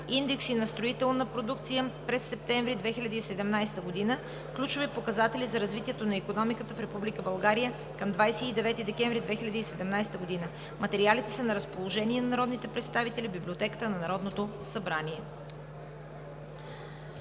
индекси на строителна продукция през септември 2017 г.; ключови показатели за развитието на икономиката в Република България към 29 декември 2017 г. Материалите са на разположение на народните представители в Библиотеката на Народното събрание.